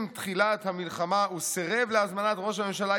עם תחילת המלחמה הוא סירב להזמנת ראש הממשלה,